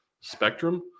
spectrum